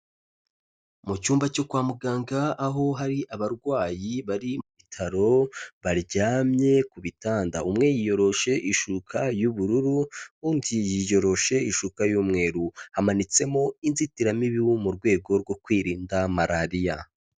Mu cyumba cyo kwa muganga aho hari abarwayi bari mu bitaro, baryamye ku bitanda, umwe yiyoroshe ishuka y'ubururu undi yiyoroshe ishuka y'umweru, hamanitsemo inzitiramibu mu rwego rwo kwirinda Malariya.